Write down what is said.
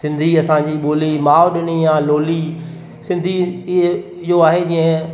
सिंधी असांजी ॿोली माउ ॾिनी आहे लोली सिंधी इहो इहो आहे जीअं